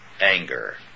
anger